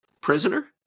prisoner